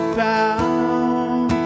found